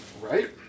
Right